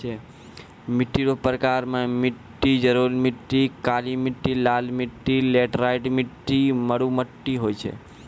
मिट्टी रो प्रकार मे मट्टी जड़ोल मट्टी, काली मट्टी, लाल मट्टी, लैटराईट मट्टी, मरु मट्टी होय छै